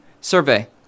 survey